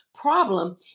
Problem